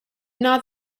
not